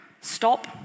Stop